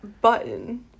Button